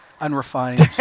Unrefined